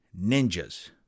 ninjas